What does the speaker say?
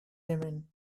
ramen